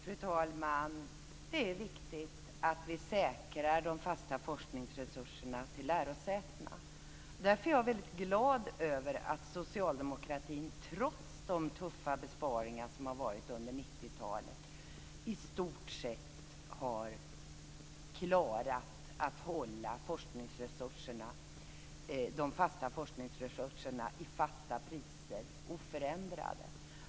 Fru talman! Det är viktigt att vi säkrar de fasta forskningsresurserna till lärosätena. Därför är jag väldigt glad över att socialdemokratin, trots de tuffa besparingar som har varit under 90-talet, i stort sett har klarat att hålla de fasta forskningsresurserna oförändrade i fasta priser.